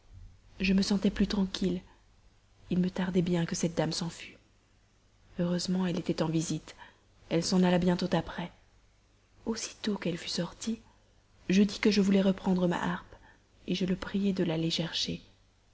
je me sentais plus tranquille il me tardait bien que cette dame s'en fût heureusement elle était en visite elle s'en alla bientôt après aussitôt qu'elle fut sortie je dis que je voulais reprendre ma leçon de harpe je le priai de l'aller chercher